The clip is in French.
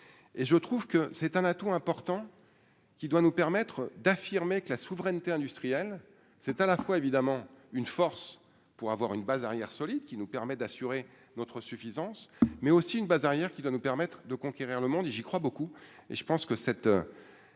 et je trouve que c'est un atout important qui doit nous permettre d'affirmer que la souveraineté industrielle, c'est à la fois évidemment une force pour avoir une base arrière solide, qui nous permet d'assurer notre suffisance, mais aussi une base arrière qui doit nous permettre de conquérir le monde et j'y crois beaucoup